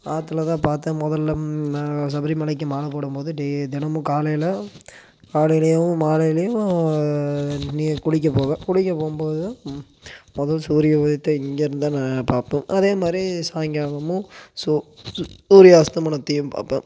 ஆற்றுல தான் பார்த்தேன் முதல்ல நான் சபரி மலைக்கு மாலை போடும் போது டே தினமும் காலையில் காலையிலையும் மாலையிலையும் நீ குளிக்க போவேன் குளிக்க போகும் போதும் முதல் சூரிய உதையத்தை இங்கேருந்தான் நான் பார்ப்போம் அதே மாதிரி சாயங்காலமும் சூ சூரிய அஸ்தமனத்தையும் பார்ப்பேன்